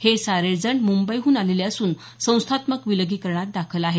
हे सारेजण मुंबईहून आलेले असून संस्थात्मक विलगीकरणात दाखल आहेत